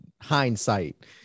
hindsight